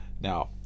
Now